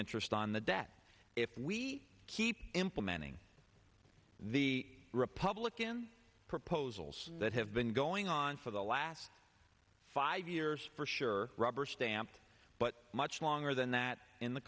interest on the debt if we keep implementing the republican proposals that have been going on for the last five years for sure rubberstamp but much longer than that in the